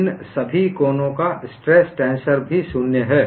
इन सभी कोनों का स्ट्रेस टेंसर भी शून्य है